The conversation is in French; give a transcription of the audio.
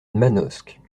manosque